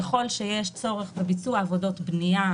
ככל שיש צורך בביצוע עבודות בנייה,